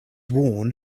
worn